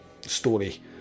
story